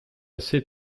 assez